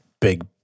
big